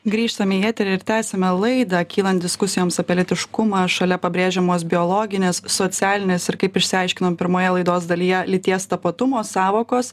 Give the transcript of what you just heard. grįžtam į eterį ir tęsiame laidą kylant diskusijoms apie lytiškumą šalia pabrėžiamos biologinės socialinės ir kaip išsiaiškinom pirmoje laidos dalyje lyties tapatumo sąvokos